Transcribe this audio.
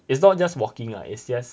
it's not just walking lah it's just